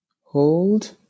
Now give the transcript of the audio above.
Hold